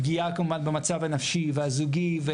פגיעה כמובן במצב הנפשי והזוגי.